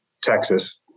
Texas